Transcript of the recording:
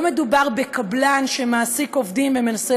לא מדובר בקבלן שמעסיק עובדים ומנסה